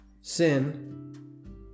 Sin